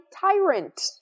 tyrant